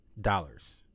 dollars